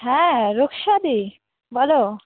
হ্যাঁ রূপসাদি বলো